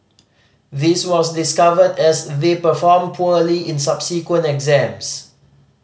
this was discovered as they performed poorly in subsequent exams